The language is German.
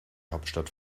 hauptstadt